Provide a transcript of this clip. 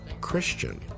Christian